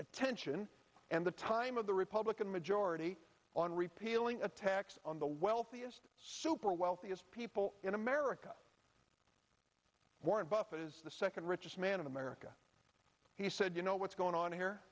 attention and the time of the republican majority on repealing a tax on the wealthiest super wealthiest people in america warren buffet is the second richest man in america he said you know what's going on here